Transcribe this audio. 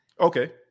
Okay